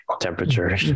temperature